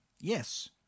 Yes